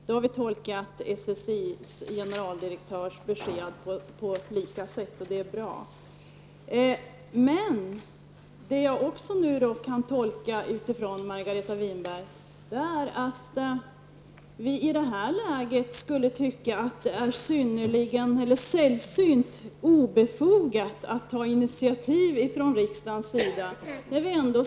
Då har vi tolkat SSIs generaldirektörs besked på lika sätt, och det är bra. Margareta Winberg säger att det är sällsynt obefogat att ta initiativ från riksdagens sida nu.